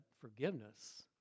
Forgiveness